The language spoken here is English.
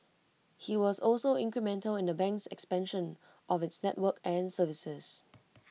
he was also incremental in the bank's expansion of its network and services